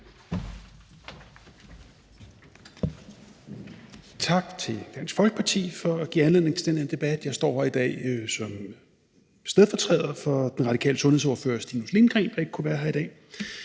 Tak til Dansk Folkeparti for at give anledning til den her debat. Jeg står her i dag som stedfortræder for den radikale sundhedsordfører, Stinus Lindgreen, der ikke kunne være her i dag.